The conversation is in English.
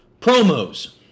promos